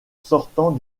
sortant